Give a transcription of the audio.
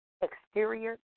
exterior